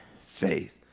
faith